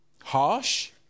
Harsh